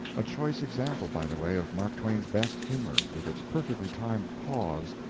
a choice example, by the way, of mark twain's best humor, with its perfectly timed pause,